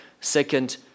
Second